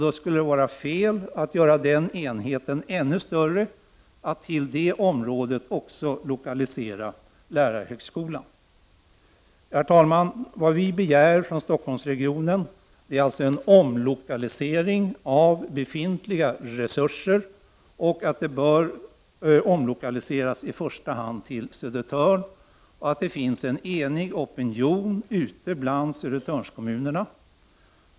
Då skulle det vara fel att göra den enheten ännu större, att till det området också lokalisera lärarhögskolan. Herr talman! Vad vi begär från Stockholmsregionen är alltså en omlokalisering av befintliga resurser och att lärarhögskolan bör omlokaliseras i första hand till Södertörn. Det finns en enig opinion bland Södertörnskommunerna.